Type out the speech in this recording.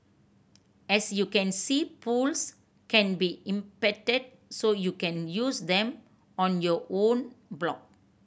as you can see polls can be embedded so you can use them on your own blog